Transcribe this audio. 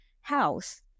house